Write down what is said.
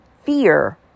Fear